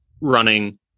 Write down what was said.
Running